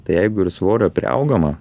tai jeigu ir svorio priaugama